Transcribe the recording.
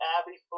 Abby